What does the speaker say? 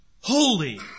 Holy